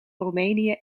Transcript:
roemenië